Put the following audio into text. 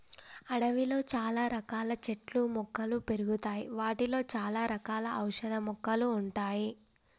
అడవిలో చాల రకాల చెట్లు మొక్కలు పెరుగుతాయి వాటిలో చాల రకాల ఔషధ మొక్కలు ఉంటాయి